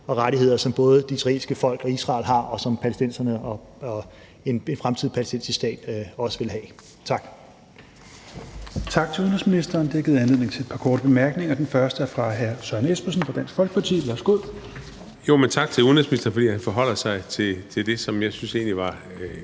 og rettigheder, som både det israelske folk, Israel, har, og som palæstinenserne og en fremtidig palæstinensisk stat også vil have. Tak.